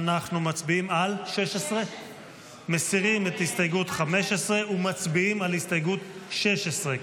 אנחנו מצביעים על 16. מסירים את הסתייגות 15 ומצביעים על הסתייגות 16,